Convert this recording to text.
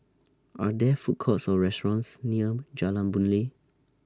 Are There Food Courts Or restaurants near Jalan Boon Lay